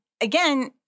again